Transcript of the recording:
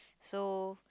so